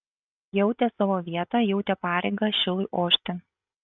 jautė savo vietą jautė pareigą šilui ošti